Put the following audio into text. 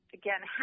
again